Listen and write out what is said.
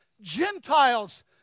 Gentiles